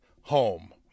home